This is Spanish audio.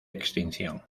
extinción